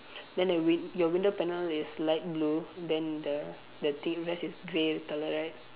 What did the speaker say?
then a win~ your window panel is light blue then the the tint vase is grey color right